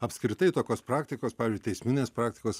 apskritai tokios praktikos pavyzdžiui teisminės praktikos